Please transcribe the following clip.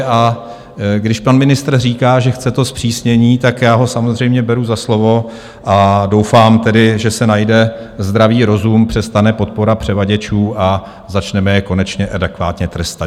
A když pan ministr říká, že chce to zpřísnění, tak já ho samozřejmě beru za slovo a doufám tedy, že se najde zdravý rozum, přestane podpora převaděčů a začneme je konečně adekvátně trestat.